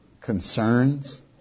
concerns